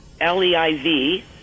L-E-I-V